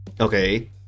Okay